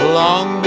long